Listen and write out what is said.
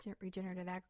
regenerative